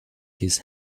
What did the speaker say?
his